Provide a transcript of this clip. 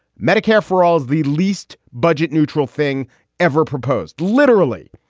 medicare for all is the least budget neutral thing ever proposed, literally.